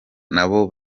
nabo